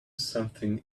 something